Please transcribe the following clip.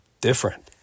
different